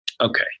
Okay